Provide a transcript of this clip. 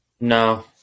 No